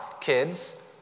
kids